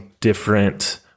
different